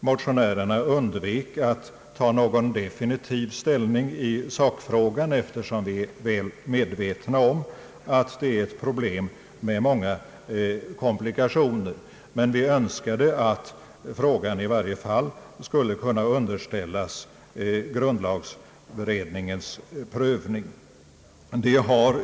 Motionärerna undvek att ta någon definitiv ställning i sakfrågan, eftersom de är väl medvetna om att det här är fråga om problem med många komplikationer, men de önskade att frågan i varje fall skulle kunna underställas grundlagberedningen för prövning.